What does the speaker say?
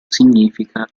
significa